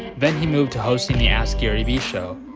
then he moved to hosting the ask gary vee show,